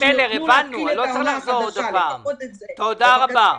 גברת מלר, הבנו, תודה רבה.